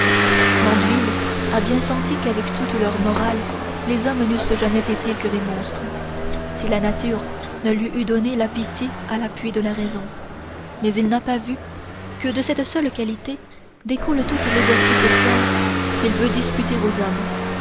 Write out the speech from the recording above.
mandeville a bien senti qu'avec toute leur morale les hommes n'eussent jamais été que des monstres si la nature ne leur eût donné la pitié à l'appui de la raison mais il n'a pas vu que de cette seule qualité découlent toutes les vertus sociales qu'il veut disputer aux hommes